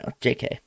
JK